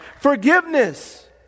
forgiveness